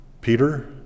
Peter